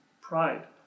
pride